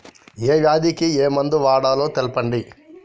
ఏ వ్యాధి కి ఏ మందు వాడాలో తెల్పండి?